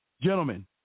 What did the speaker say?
Gentlemen